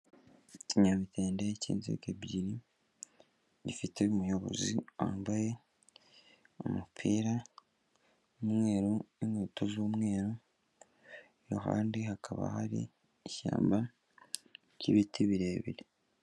Ikinyabutende cy'inziga ebyiri, gifite umuyobozi wambaye umupira w'umweru n'ikweto z'umweru, iruhande hakaba hari ishyamba ry'ibiti birebire.